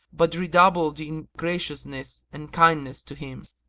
but redoubled in graciousness and kindness to him.